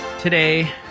today